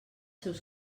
seus